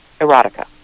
erotica